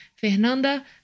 Fernanda